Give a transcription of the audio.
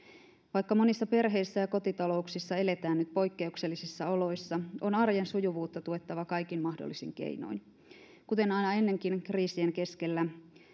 vaikka monissa perheissä ja kotitalouksissa eletään nyt poikkeuksellisissa oloissa on arjen sujuvuutta tuettava kaikin mahdollisin keinoin kuten aina ennenkin kriisien keskellä